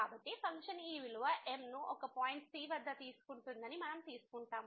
కాబట్టి ఫంక్షన్ ఈ విలువ M ను ఒక పాయింట్ c వద్ద తీసుకుంటుందని మనము తీసుకుంటాము